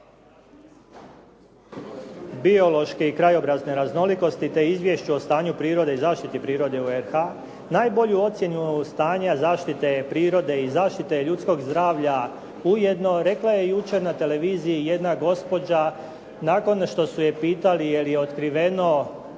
biološke i krajobrazne raznolikosti te izvješću o stanju prirode i zaštiti prirode u RH najbolju ocjenu stanja zaštite prirode i zaštite ljudskog zdravlja ujedno rekla je jučer na televiziji jedna gospođa nakon što su je pitali je li otkriveno